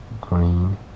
green